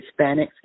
Hispanics